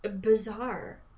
bizarre